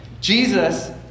Jesus